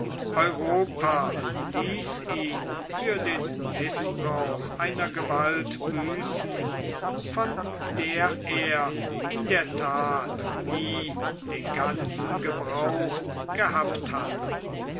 ließ ihn für den mißbrauch einer gewalt büßen von der er in der that nie den ganzen gebrauch gehabt hatte